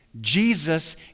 Jesus